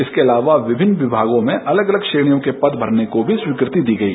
इसके अलावा विभिन्न विभागों में अलग अलग श्रेणियों के पद भरने को भी स्वीकृति दी गई